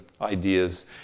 ideas